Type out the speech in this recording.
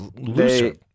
Looser